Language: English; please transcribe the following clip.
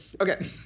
Okay